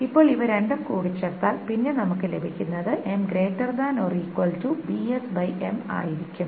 ഇപ്പോൾ ഇവ രണ്ടും കൂട്ടിച്ചേർത്താൽ പിന്നെ നമുക്ക് ലഭിക്കുന്നത് ആയിരിക്കും